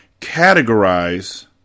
categorize